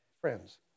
friends